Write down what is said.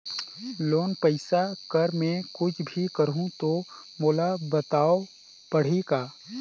Loan पइसा कर मै कुछ भी करहु तो मोला बताव पड़ही का?